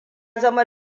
zama